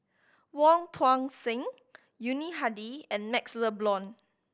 Wong Tuang Seng Yuni Hadi and MaxLe Blond